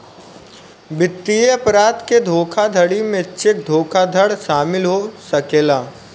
वित्तीय अपराध के धोखाधड़ी में चेक धोखाधड़ शामिल हो सकेला